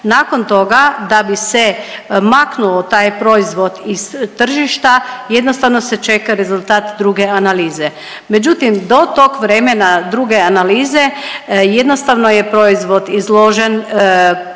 nakon toga da bi se maknuo taj proizvod iz tržišta jednostavno se čeka rezultat druge analize. Međutim, do tog vremena druge analize jednostavno je proizvod izložen